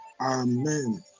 Amen